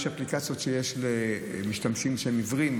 יש אפליקציה שיש למשתמשים שהם עיוורים,